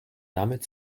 damit